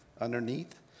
underneath